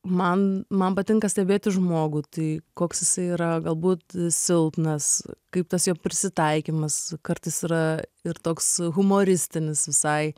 man man patinka stebėti žmogų tai koks jisai yra galbūt silpnas kaip tas jo prisitaikymas kartais yra ir toks humoristinis visai